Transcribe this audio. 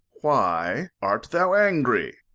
why art thou angry?